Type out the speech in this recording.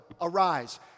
arise